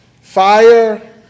Fire